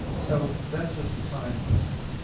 so that's just a time question.